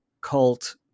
cult